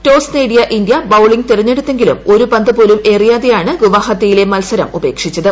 toss നേടിയി India bowling തെരഞ്ഞെടുത്തെങ്കിലും ഒരു പന്ത് പോലും എറിയാതെയാണ് ഗുവാഹത്തിയിലെ മത്സരം ഉപ്പേക്ഷിച്ചത്